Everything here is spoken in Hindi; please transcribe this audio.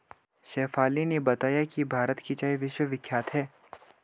शेफाली ने बताया कि भारत की चाय विश्वविख्यात है